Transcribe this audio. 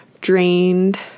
drained